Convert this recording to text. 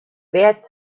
wer